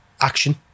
action